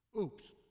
Oops